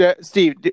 Steve